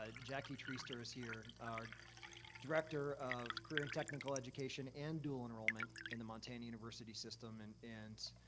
ah jacque treaster is here, our director of current technical education and dual enrollment in the montana university system. and and